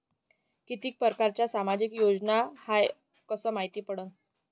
कितीक परकारच्या सामाजिक योजना हाय कस मायती पडन?